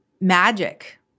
magic